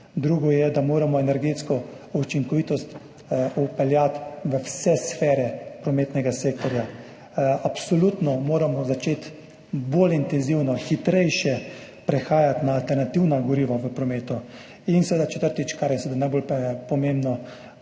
Drugo je, da moramo energetsko učinkovitost vpeljati v vse sfere prometnega sektorja. Absolutno moramo začeti bolj intenzivno, hitreje prehajati na alternativna goriva v prometu. In četrtič, kar je seveda najbolj pomembno,